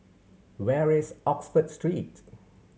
where is Oxford Street